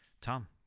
tom